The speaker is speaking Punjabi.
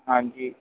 ਹਾਂਜੀ